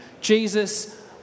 Jesus